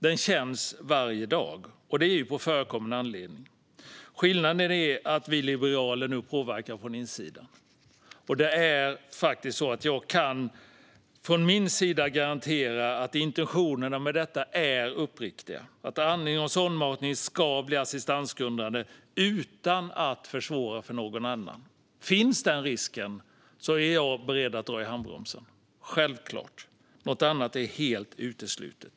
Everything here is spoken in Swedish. Den känns varje dag, och det är på förekommen anledning. Skillnaden är att vi liberaler nu påverkar från insidan. Jag kan från min sida garantera att intentionerna med detta är uppriktiga, att andning och sondmatning ska bli assistansgrundande utan att försvåra för någon annan. Finns den risken är jag beredd att dra i handbromsen - självklart. Något annat är helt uteslutet.